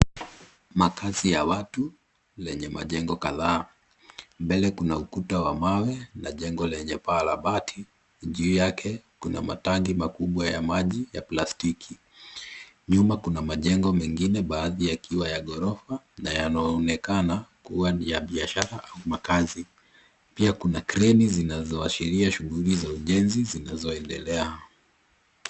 Makazi ya watu, lenye majengo kadhaa. Mbele kuna ukuta wa mawe na jengo lenye paa la bati. Juu yake kuna matanki makubwa ya maji ya plastiki. Nyuma kuna majengo mengine baadhi yakiwa ya ghorofa na yanaonekana kuwa ni ya biashara au makazi. Pia kuna kreni zinazoashiria shughuli za ujenzi zinazoendelea.